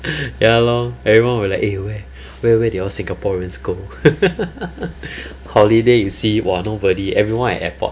ya lor everyone will like eh where where where they all singaporeans go holiday you see !wah! nobody everyone at airport